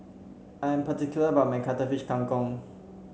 I am particular about my Cuttlefish Kang Kong